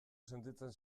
sentitzen